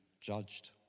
judged